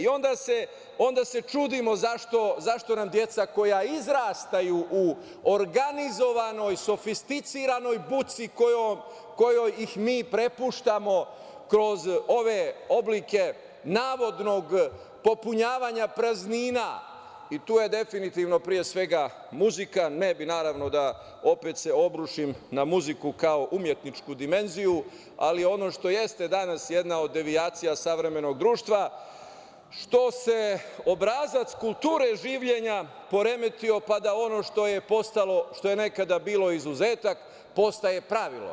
Onda se čudimo zašto nam deca koja izrastaju u organizovanoj, sofisticiranoj buci kojoj ih mi prepuštamo, kroz ove oblike navodnog popunjavanja praznina i tu je pre svega muzika, ne bih da se obrušim na muziku kao umetničku dimenziju, ali ono što jeste danas jedna od devijacija savremenog društva što se obrazac kulture življenja poremetio pa da ono što je nekada bilo izuzetak postaje pravilo.